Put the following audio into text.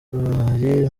burayi